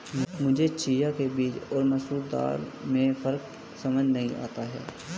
मुझे चिया के बीज और मसूर दाल में फ़र्क समझ नही आता है